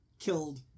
killed